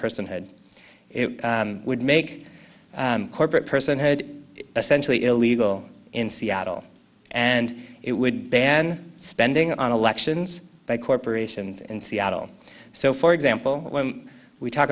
personhood it would make corporate personhood essentially illegal in seattle and it would ban spending on elections by corporations in seattle so for example when we talk